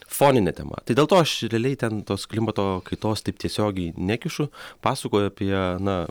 foninė tema tai dėl to aš realiai ten tos klimato kaitos taip tiesiogiai nekišu pasakoju apie na